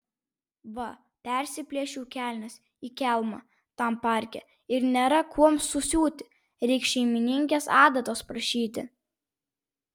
va persiplėšiau kelnes į kelmą tam parke ir nėra kuom susiūti reiks šeimininkės adatos prašyti